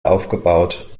aufgebaut